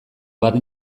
bat